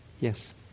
Yes